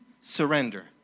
surrender